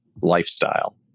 lifestyle